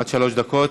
עד שלוש דקות.